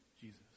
Jesus